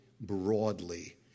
broadly